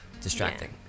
Distracting